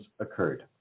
occurred